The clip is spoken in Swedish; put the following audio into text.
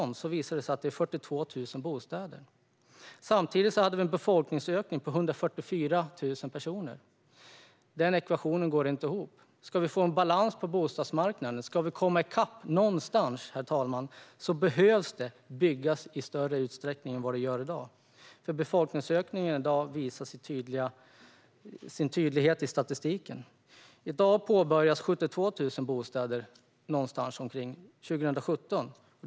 Det visar sig att det är 42 000 bostäder. Samtidigt hade vi en befolkningsökning på 144 000 personer. Den ekvationen går inte ihop. Ska vi få en balans på bostadsmarknaden och komma i kapp, herr talman, behöver det byggas i större utsträckning än vad det görs i dag. Befolkningsökningen visas tydligt i statistiken. År 2017 påbörjas omkring 72 000 bostäder.